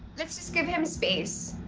let's just give him space.